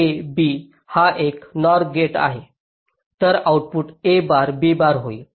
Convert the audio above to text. a b हा एक NOR gate आहे तर output a bar b bar होईल